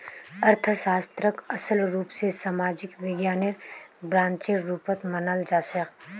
अर्थशास्त्रक असल रूप स सामाजिक विज्ञानेर ब्रांचेर रुपत मनाल जाछेक